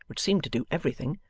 which seemed to do everything,